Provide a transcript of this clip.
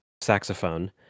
saxophone